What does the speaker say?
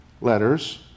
letters